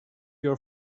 your